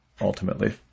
ultimately